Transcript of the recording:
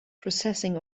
processing